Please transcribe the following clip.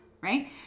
right